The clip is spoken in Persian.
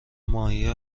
ماهی